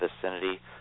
vicinity